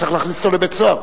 צריך להכניס אותו לבית-הסוהר.